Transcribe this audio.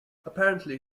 apparently